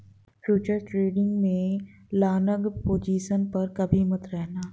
futures trading में long position पर कभी मत रहना